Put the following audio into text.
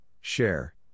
share